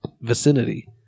vicinity